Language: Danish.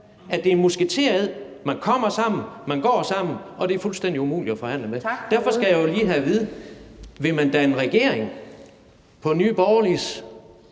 at det er en musketered: Man kommer sammen, man går sammen, og de er fuldstændig umulige at forhandle med. Derfor skal jeg jo lige have at vide, om man vil danne regering på Nye Borgerliges